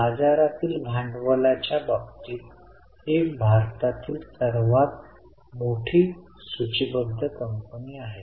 बाजारातील भांडवलाच्या बाबतीत ही भारतातील सर्वात मोठी सूची बद्ध कंपनी आहे